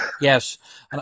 Yes